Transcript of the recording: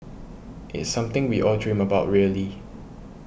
it's something we all dream about really